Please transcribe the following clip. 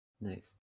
Nice